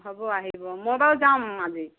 হ'ব আহিব মই বাৰু যাম আজি